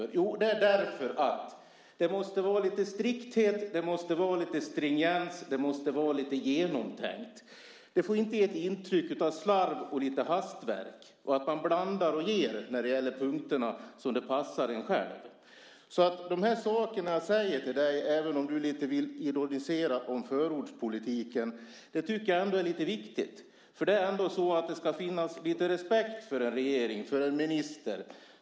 Jo, därför att det måste finnas lite strikthet och lite stringens. Det måste vara lite genomtänkt. Det får inte ge ett intryck av slarv och hastverk och av att man blandar och ger när det gäller punkterna som det passar en själv. De saker jag säger till dig, även om du vill ironisera lite om förordspolitiken, tycker jag ändå är lite viktiga. Det är ändå så att det ska finnas lite respekt för en regering och för en minister.